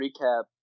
recap